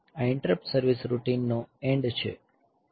આ interrupt service routine નો end છે